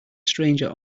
stranger